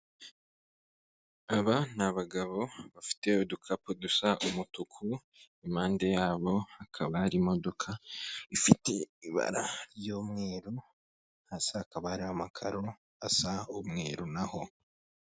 Aba ni bagabo bafite udukapu dusa umutuku impande yabo hakaba hari imodoka ifite ibara ry'umweru gasi hakaba hariho amakaro asa umweru naho.